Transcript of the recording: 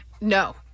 No